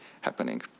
happening